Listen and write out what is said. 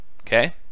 okay